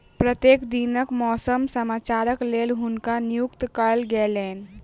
प्रत्येक दिनक मौसम समाचारक लेल हुनका नियुक्त कयल गेलैन